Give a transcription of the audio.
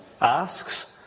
asks